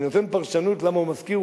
אני נותן פרשנות למה הוא מזכיר,